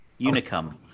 Unicum